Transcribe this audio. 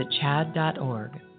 chad.org